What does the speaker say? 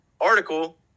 article